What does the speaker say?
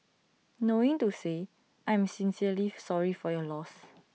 knowing to say I am sincerely sorry for your loss